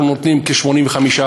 אנחנו נותנים כ-85%.